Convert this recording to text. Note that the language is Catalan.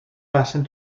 passen